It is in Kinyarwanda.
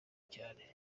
cyane